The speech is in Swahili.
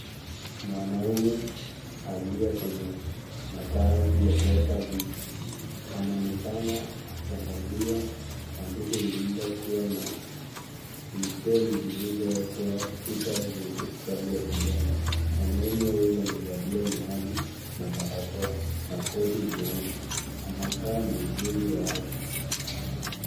Mwanaume aliye kwenye makazi ya kuweka vitu . Anaonekana akiangalia sanduku lililokuwa na chemi chemi zilizowekwa chupa zenye rangi ya kijani . Mwanaume huyu amevalia miwani na barakoa na koti jeupe . Anakaa muuguzi wa afya.